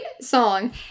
song